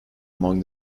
among